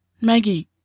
Maggie